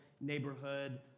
neighborhood